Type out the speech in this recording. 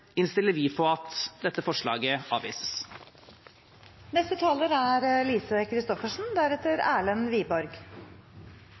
innstiller vi på at dette forslaget